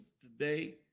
today